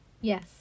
Yes